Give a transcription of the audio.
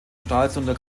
stralsunder